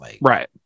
Right